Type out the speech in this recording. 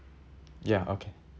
ya okay